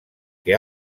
que